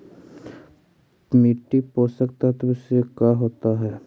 मिट्टी पोषक तत्त्व से का होता है?